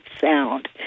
sound